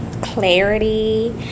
clarity